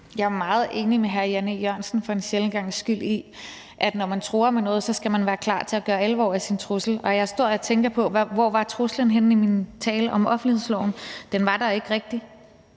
Jeg er jo meget enig med hr. Jan E. Jørgensen – for en sjælden gangs skyld – i, at man, når man truer med noget, så skal være klar til at gøre alvor af sin trussel, og jeg står og tænker på, hvor truslen var henne i min tale om offentlighedsloven. Den var der ikke rigtig.